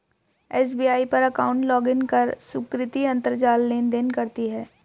SBI पर account login कर सुकृति अंतरजाल लेनदेन करती है